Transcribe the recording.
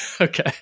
Okay